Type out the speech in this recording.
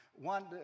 One